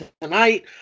tonight